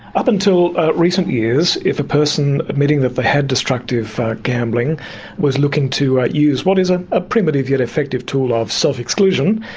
up until recent years, if a person admitting that they had destructive gambling was looking to use what is ah a primitive yet effective tool of self-exclusion,